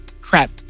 crap